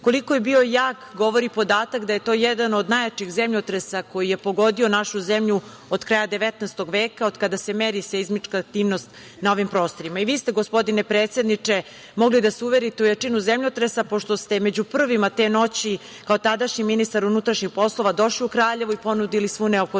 Koliko je bio jak govori podatak da je to jedan od najjačih zemljotresa koji je pogodio našu zemlju od kraja 19. veka od kada se meri seizmička aktivnost na ovim prostorima. Vi ste, gospodine predsedniče, mogli da se uverite u jačinu zemljotresa pošto ste među prvima te noći, kao tadašnji ministar unutrašnjih poslova došli u Kraljevo i ponudili svu neophodnu